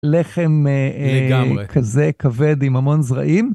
לחם כזה כבד עם המון זרעים?